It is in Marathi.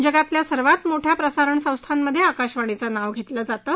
जगातल्या सगळ्यात मोठ्या प्रसारण संस्थांमध्य ञिकाशवाणीचं नाव घरिके जातं